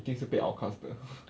一定是被 outcast 的